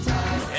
Time